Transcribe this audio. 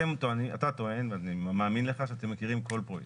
אתה טוען, ואני מאמין לך, שאתם מכירים כל פרויקט.